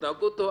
ההתנהגות טובה,